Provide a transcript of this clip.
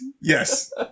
Yes